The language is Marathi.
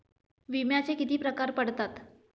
विम्याचे किती प्रकार पडतात?